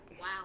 Wow